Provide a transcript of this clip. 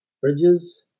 Bridges